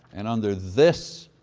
and under this